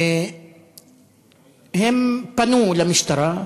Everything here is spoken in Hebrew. הם פנו למשטרה.